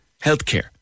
healthcare